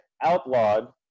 outlawed